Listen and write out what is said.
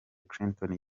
clinton